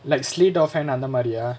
like sleight of hand அந்த மாரியா:antha maariyaa